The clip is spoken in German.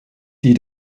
die